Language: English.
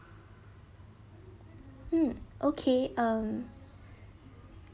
mm okay um